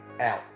out